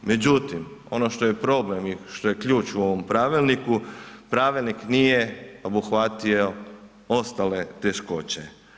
Međutim, ono što je problem i što je ključ u ovom pravilniku, pravilnik nije obuhvatio ostale teškoće.